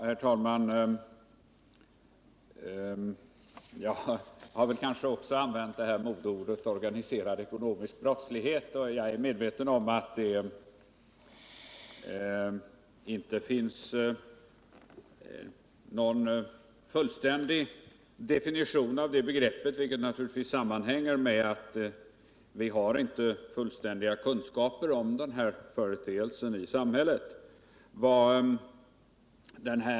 Herr talman! Jag har kanske också använt modeuttrycket organiserad ekonomisk brottslighet, och jag är medveten om att det inte finns någon fullständig definition av begreppet, vilket naturligtvis sammanhänger med att vi inte har fullständiga kunskaper om den här företeelsen i samhället.